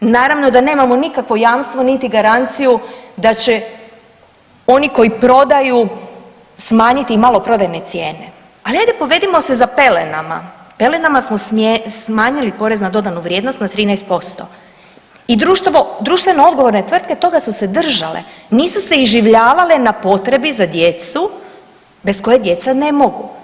i naravno da nemamo nikakvo jamstvo niti garanciju da će oni koji prodaju smanjiti i maloprodajne cijene, ali ajde, povedimo se za pelenama, pelenama smo smanjili porez na dodanu vrijednost na 13% i društveno odgovorne tvrtke toga su se držale, nisu se iživljavale na potrebi za djecu bez koje djeca ne mogu.